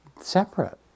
separate